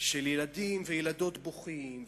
של ילדים וילדות בוכים,